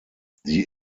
sie